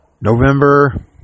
November